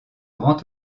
grand